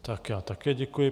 Tak já také děkuji.